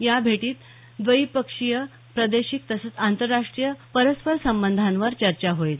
या भेटीत द्वी पक्षीय प्रादेशिक तसंच आंतरराष्ट्रीय परस्पर संबंधावर चर्चा होईल